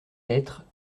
lettres